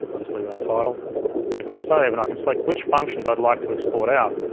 i'll just leave it untitled. and if i save, and i can select which functions i'd like to export out,